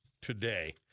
today